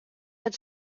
had